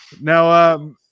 Now